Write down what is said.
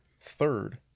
third